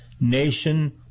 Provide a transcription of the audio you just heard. Nation